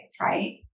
right